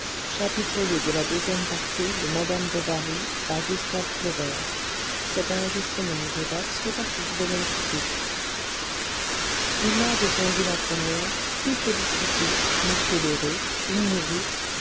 emma descendit la première puis félicité m lheureux une nourrice